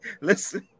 Listen